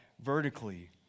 vertically